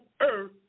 earth